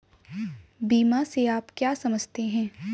बीमा से आप क्या समझते हैं?